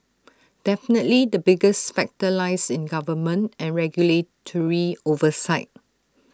definitely the biggest factor lies in government and regulatory oversight